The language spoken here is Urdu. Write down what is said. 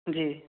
جی